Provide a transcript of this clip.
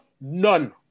none